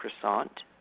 croissant